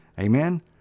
Amen